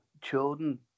children